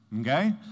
okay